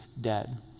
dead